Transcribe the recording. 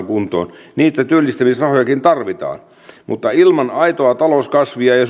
kuntoon niitä työllistämisrahojakin tarvitaan mutta ilman aitoa talouskasvua ja ja